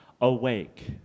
awake